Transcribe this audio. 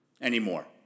anymore